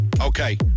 Okay